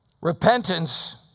repentance